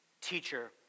Teacher